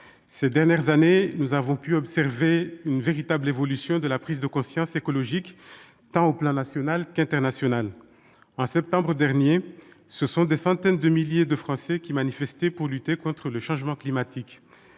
ces dernières années, nous avons pu observer une véritable évolution dans la prise de conscience écologique, à l'échelon tant national qu'international. En septembre dernier, ce sont des centaines de milliers de Français qui manifestaient pour lutter contre le changement climatique.